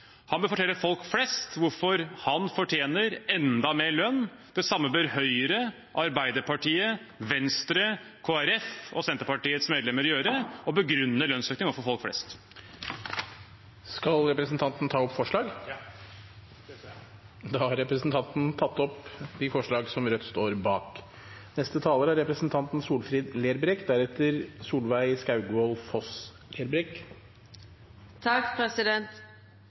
Han bør fortelle folk flest hvorfor han fortjener enda mer lønn. Det samme bør Høyre, Arbeiderpartiet, Venstre, Kristelig Folkeparti og Senterpartiets medlemmer gjøre – og begrunne lønnsøkningen overfor folk flest. Jeg tar opp Rødts forslag. Da har representanten Bjørnar Moxnes tatt opp de forslagene han refererte til. Det skal ikkje mykje til for å forstå at 3 pst. av 100 000 kr er